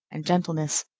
and gentleness,